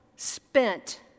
spent